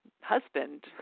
husband